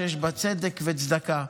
שיש בה צדק וצדקה.